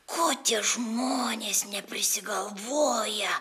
ko tie žmonės neprisigalvoja